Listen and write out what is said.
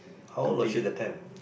how long actually the time